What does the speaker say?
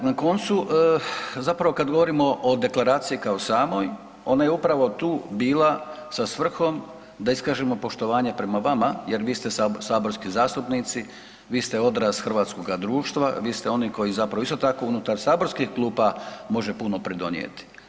I na koncu zapravo kada govorimo o Deklaraciji kao samoj ona je upravo tu bila sa svrhom da iskažemo poštovanje prema vama jer vi ste saborsku zastupnici, vi ste odraz hrvatskoga društva, vi ste oni koji zapravo isto tako unutar saborskih klupa može puno pridonijeti.